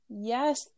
Yes